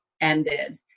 ended